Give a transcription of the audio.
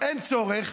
אין צורך.